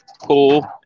Cool